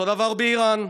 אותו הדבר באיראן,